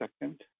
second